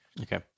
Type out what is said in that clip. Okay